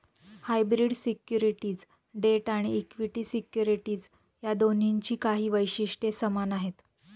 hybrid securities debt आणि equity securities या दोन्हींची काही वैशिष्ट्ये समान आहेत